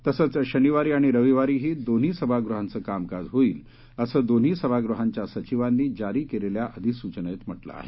तसंच शनिवारी आणि रविवारीही दोन्ही सभागृहांचं कामकाज होईल असं दोन्ही सभागृहांच्या सचिवांनी जारी केलेल्या अधिसूचनेत म्हटलं आहे